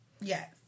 yes